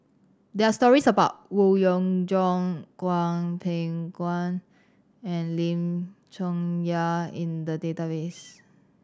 there are stories about Howe Yoon Chong Hwang Peng Guan and Lim Chong Yah in the database